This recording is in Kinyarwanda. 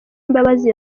mbabazi